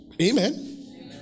Amen